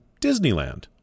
disneyland